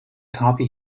copy